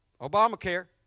Obamacare